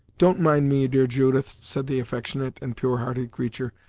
don't mind me, dear judith, said the affectionate and pure-hearted creature,